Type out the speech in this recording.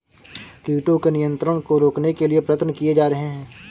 कीटों के नियंत्रण को रोकने के लिए प्रयत्न किये जा रहे हैं